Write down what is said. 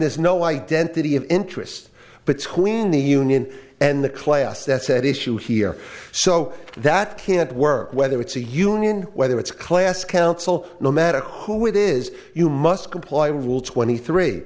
there's no identity of interest between the union and the class that said issue here so that can't work whether it's a union whether it's class council no matter who it is you must comply rule twenty three